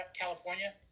California